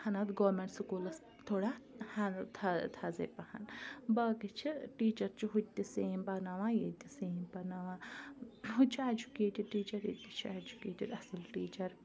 ہَنا اَتھ گورمیٚنٛٹ سکوٗلَس تھوڑا تھَزَے پَہَم باقٕے چھِ ٹیٖچَر چھُ ہُہ تہِ سیم پرناوان ییٚتہِ تہِ سیم پرناوان ہُہ تہِ چھُ ایٚجوکیٹِڑ ٹیٖچَر ییٚتہِ تہِ چھِ ایٚجوکیٹِڑ اَصٕل ٹیٖچَر